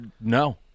No